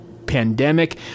Pandemic